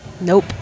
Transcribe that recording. Nope